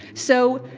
so,